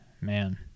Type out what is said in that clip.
Man